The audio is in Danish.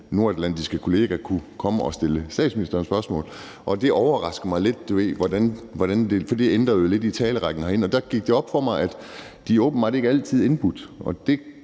nordatlantiske kollegaer kunne komme og stille statsministeren spørgsmål. Det overraskede mig, for det ændrede jo lidt i talerrækken herinde, og der gik det op for mig, at de åbenbart ikke altid er indbudt,